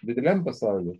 vidiniam pasauliui